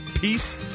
peace